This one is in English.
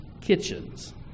kitchens